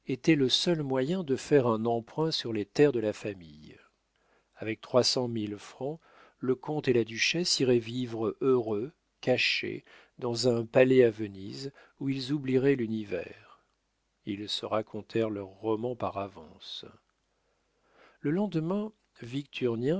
était le seul moyen de faire un emprunt sur les terres de la famille avec trois cent mille francs le comte et la duchesse iraient vivre heureux cachés dans un palais à venise ils y oublieraient l'univers ils se racontèrent leur roman par avance le lendemain